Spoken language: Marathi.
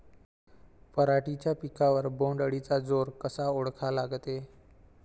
पराटीच्या पिकावर बोण्ड अळीचा जोर कसा ओळखा लागते?